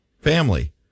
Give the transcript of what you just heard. family